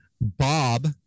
Bob